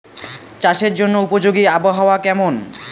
চাষের জন্য উপযোগী আবহাওয়া কেমন?